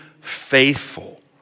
faithful